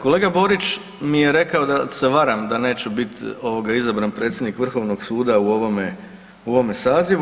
Kolega Borić mi je rekao da se varam da neće biti izabran predsjednik Vrhovnog suda u ovome sazivu.